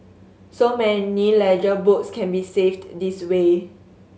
so many ledger books can be saved this way